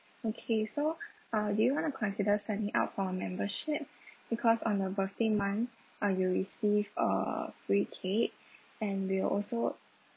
okay so uh do you want to consider signing up for membership because on a birthday month uh you'll receive a free cake and we'll also